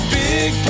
big